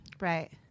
right